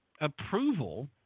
approval